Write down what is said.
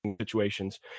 situations